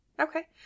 Okay